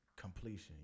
completion